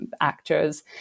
actors